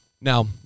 Now